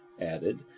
added